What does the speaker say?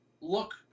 look